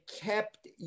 kept